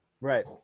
Right